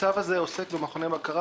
הצו הזה עוסק במכוני בקרה.